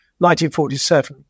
1947